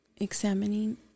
examining